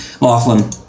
Laughlin